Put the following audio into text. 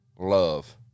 love